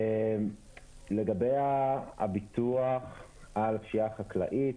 לגבי הביטוח על הפשיעה החקלאית,